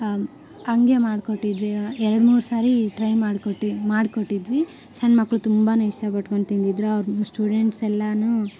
ಹಾಗೆ ಮಾಡಿಕೊಟ್ಟಿದ್ವಿ ಎರಡು ಮೂರು ಸಾರಿ ಟ್ರೈ ಮಾಡಿಕೊಟ್ಟಿ ಮಾಡಿಕೊಟ್ಟಿದ್ವಿ ಸಣ್ಣ ಮಕ್ಕಳು ತುಂಬ ಇಷ್ಟಪಡ್ಕೊಂಡು ತಿಂದಿದ್ರು ಅವ್ರು ಸ್ಟೂಡೆಂಟ್ಸ್ ಎಲ್ಲಾ